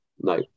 no